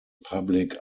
public